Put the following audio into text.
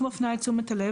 אני רק מפנה את תשומת הלב,